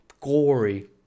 gory